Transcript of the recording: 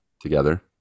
together